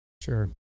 Sure